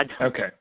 Okay